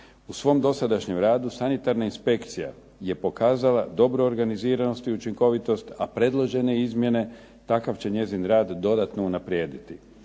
U svom dosadašnjem radu sanitarna inspekcija je pokazala dobru organiziranost i učinkovitost, a predložene izmjene takav će njezin rad dodatno unaprijediti.